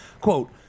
Quote